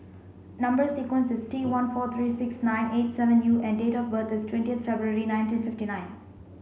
number sequence is T one four three six nine eight seven U and date of birth is twentieth February nineteen fifty nine